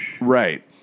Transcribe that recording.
Right